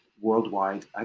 worldwide